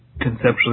conceptually